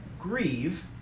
grieve